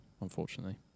unfortunately